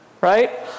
right